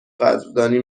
قدردانی